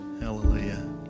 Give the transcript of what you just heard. Hallelujah